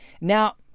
Now